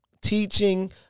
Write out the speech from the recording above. teaching